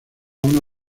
una